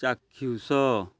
ଚାକ୍ଷୁଷ